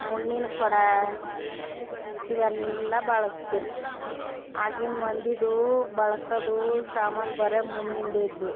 ಮಣ್ಣಿನ ಕೊಡ ಇವೆಲ್ಲ ಬಳಸ್ತಿರು ಆಗಿನ ಮಂದಿದು ಬಳ್ಸೋದು ಸಾಮಾನು ಬರೀ ಮಣ್ಣಿಂದೆ ಇದ್ದವು